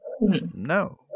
no